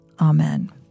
Amen